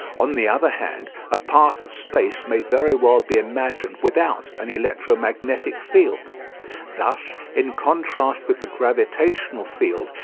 on the other hand a part of space may very well be imagined without an electromagnetic field thus in contrast with the gravitational field,